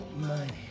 money